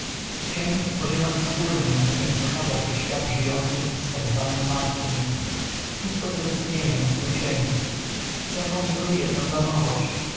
poziomem wspólnym na którym schadza się świat żyjący z t zw martwym wszystko co istnieje ma swój cień cechą jego